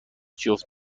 جفت